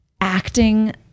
acting